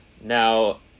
now